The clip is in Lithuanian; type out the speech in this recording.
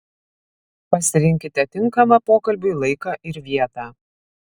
pasirinkite tinkamą pokalbiui laiką ir vietą